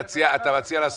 ואם יהיה יהיה,